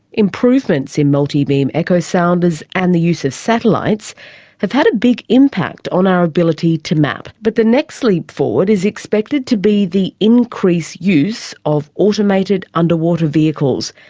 improvements in multi-beam echo sounders and the use of satellites have made a big impact on our ability to map, but the next leap forward is expected to be the increased use of automated underwater vehicles.